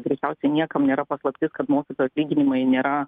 veikiausiai niekam nėra paslaptis kad mokytojų atlyginimai nėra